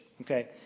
okay